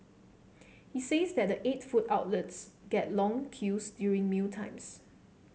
he says that the eight food outlets get long queues during mealtimes